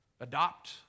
Adopt